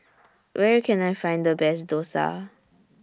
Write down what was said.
Where Can I Find The Best Dosa